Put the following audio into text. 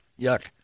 Yuck